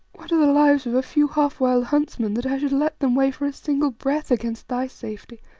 what are the lives of a few half-wild huntsmen that i should let them weigh for a single breath against thy safety,